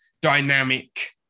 dynamic